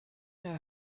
know